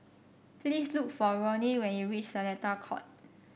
please look for Ronnie when you reach Seletar Court